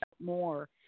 more